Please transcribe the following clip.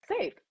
safe